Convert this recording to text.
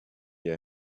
your